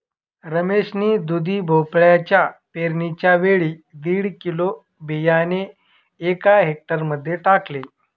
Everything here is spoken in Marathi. रमेश ने दुधी भोपळ्याच्या पेरणीच्या वेळी दीड किलो बियाणे एका हेक्टर मध्ये टाकले